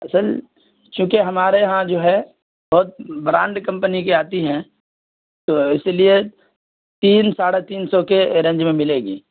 اصل چونکہ ہمارے یہاں جو ہے بہت برانڈ کمپنی کی آتی ہیں تو اسی لیے تین ساڑھے تین سو کے رینج میں ملے گی